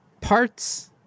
parts